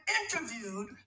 interviewed